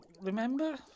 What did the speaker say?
remember